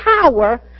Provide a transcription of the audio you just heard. power